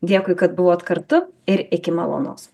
dėkui kad buvot kartu ir iki malonaus